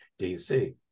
DC